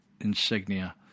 insignia